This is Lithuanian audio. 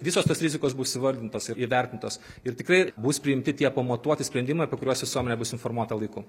visos tos rizikos bus įvardintos ir įvertintos ir tikrai bus priimti tie pamatuoti sprendimai apie kuriuos visuomenė bus informuota laiku